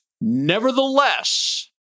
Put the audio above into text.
Nevertheless